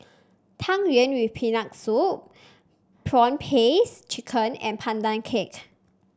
Tang Yuen with Peanut Soup prawn paste chicken and Pandan Cake